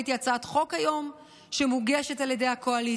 והיום ראיתי הצעת חוק שמוגשת על ידי הקואליציה.